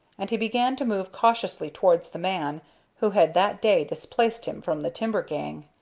and he began to move cautiously towards the man who had that day displaced him from the timber gang.